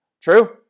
true